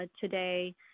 today